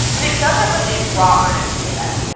but it doesn't release raw earnings data.